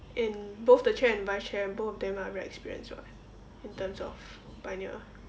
and both the chair and vice chair both of them are very experienced [what] in terms of pioneer